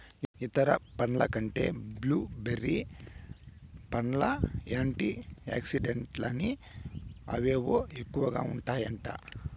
ఇతర పండ్ల కంటే బ్లూ బెర్రీ పండ్లల్ల యాంటీ ఆక్సిడెంట్లని అవేవో ఎక్కువగా ఉంటాయట